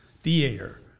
Theater